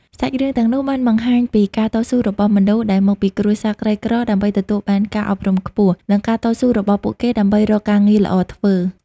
សាច់រឿងទាំងនោះបានបង្ហាញពីការតស៊ូរបស់មនុស្សដែលមកពីគ្រួសារក្រីក្រដើម្បីទទួលបានការអប់រំខ្ពស់ និងការតស៊ូរបស់ពួកគេដើម្បីរកការងារល្អធ្វើ។